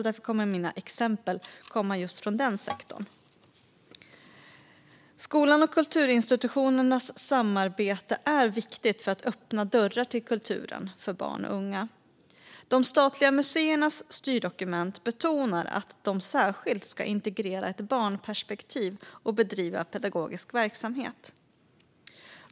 Därför kommer mina exempel att komma just från den sektorn. Skolans och kulturinstitutionernas samarbete är viktigt för att öppna dörrar till kulturen för barn och unga. De statliga museernas styrdokument betonar att de särskilt ska integrera ett barnperspektiv och bedriva pedagogisk verksamhet.